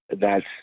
thats